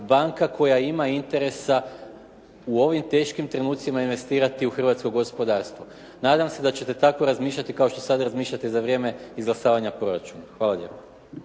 banka koja ima interesa u ovim teškim trenucima investirati u hrvatsko gospodarstvo. Nadam se da ćete tako razmišljati kao što sad razmišljate za vrijeme izglasavanja proračuna. Hvala lijepa.